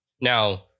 now